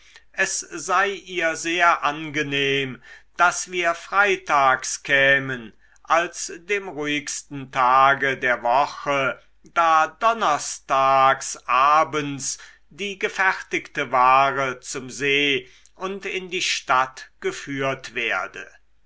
es sei ihr sehr angenehm daß wir freitags kämen als dem ruhigsten tage der woche da donnerstags abends die gefertigte ware zum see und in die stadt geführt werde